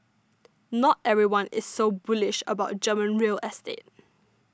not everyone is so bullish about German real estate